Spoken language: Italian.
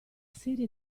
serie